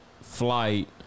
flight